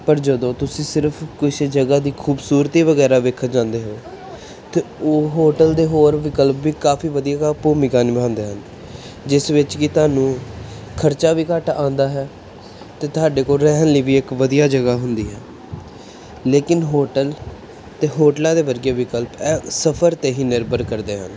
ਪਰ ਜਦੋਂ ਤੁਸੀਂ ਸਿਰਫ਼ ਕਿਸੇ ਜਗ੍ਹਾ ਦੀ ਖੂਬਸੂਰਤੀ ਵਗੈਰਾ ਵੇਖਣ ਜਾਂਦੇ ਹੋ ਅਤੇ ਉਹ ਹੋਟਲ ਦੇ ਹੋਰ ਵਿਕਲਪ ਵੀ ਕਾਫ਼ੀ ਵਧੀਆ ਭੂਮਿਕਾ ਨਿਭਾਉਂਦੇ ਹਨ ਜਿਸ ਵਿੱਚ ਕਿ ਤੁਹਾਨੂੰ ਖ਼ਰਚਾ ਵੀ ਘੱਟ ਆਉਂਦਾ ਹੈ ਅਤੇ ਤੁਹਾਡੇ ਕੋਲ ਰਹਿਣ ਲਈ ਵੀ ਇੱਕ ਵਧੀਆ ਜਗ੍ਹਾ ਹੁੰਦੀ ਹੈ ਲੇਕਿਨ ਹੋਟਲ ਅਤੇ ਹੋਟਲਾਂ ਦੇ ਵਰਗੇ ਵਿਕਲਪ ਇਹ ਸਫਰ 'ਤੇ ਹੀ ਨਿਰਭਰ ਕਰਦੇ ਹਨ